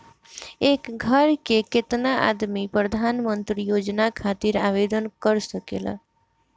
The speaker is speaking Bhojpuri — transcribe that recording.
एक घर के केतना आदमी प्रधानमंत्री योजना खातिर आवेदन कर सकेला?